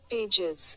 Pages